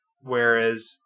Whereas